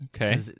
Okay